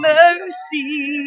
mercy